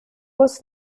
was